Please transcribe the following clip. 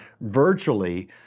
virtually